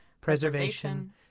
preservation